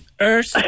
earth